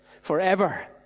Forever